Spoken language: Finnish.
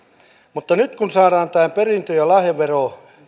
mutta nyt kun saadaan tämä perintö ja lahjavero